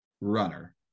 runner